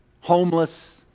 homeless